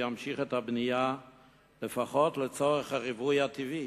וימשיך את הבנייה לפחות לצורך הריבוי הטבעי.